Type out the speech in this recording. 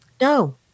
No